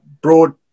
broad